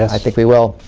i think we will.